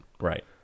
Right